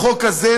בחוק הזה,